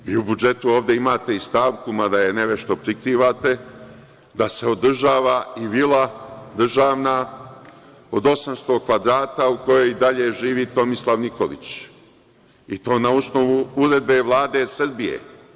Pazite, vi u budžetu ovde imate i stavku, mada je nevešto prikrivate, da se održava i vila državna od 800 kvadrata u kojoj i dalje živi Tomislav Nikolić i to na osnovu Uredbe Vlade Srbije.